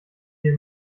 hier